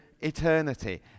eternity